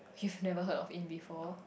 you've never heard of in B four